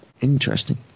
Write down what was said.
Interesting